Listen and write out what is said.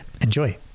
enjoy